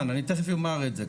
אני תיכף אומר את זה.